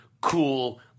Cool